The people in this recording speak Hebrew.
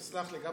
סלח לי,